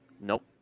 Nope